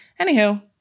anywho